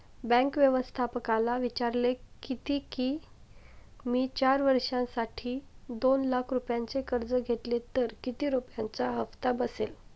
bank व्यवस्थापकाला विचारले किती की, मी चार वर्षांसाठी दोन लाख रुपयांचे कर्ज घेतले तर किती रुपयांचा हप्ता बसेल